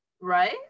right